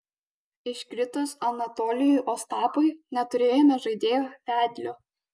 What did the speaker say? iškritus anatolijui ostapui neturėjome žaidėjo vedlio